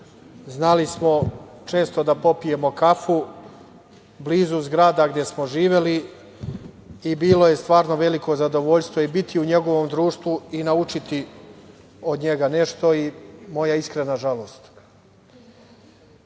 Znali smo često da popijemo kafu, blizu zgrada gde smo živeli i bilo je stvarno veliko zadovoljstvo i biti u njegovom društvu i naučiti od njega nešto. Moja iskrena žalost. Ono